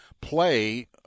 play